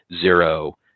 zero